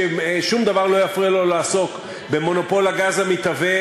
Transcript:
שום דבר לא יפריע לו לעסוק במונופול הגז המתהווה,